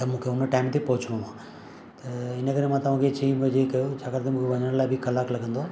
त मूंखे हुन टाइम ते पहुचणो आहे त हिन करे मां तव्हांखे चई बजे कयो छाकाणि त मूंखे वञण लाइ बि कलाक लॻंदो